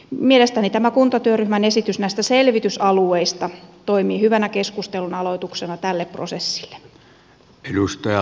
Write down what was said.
mielestäni kuntatyöryhmän esitys näistä selvitysalueista toimii hyvänä keskustelun aloituksena tälle prosessille